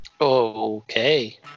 okay